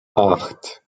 acht